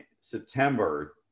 September